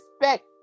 respect